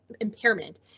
impairment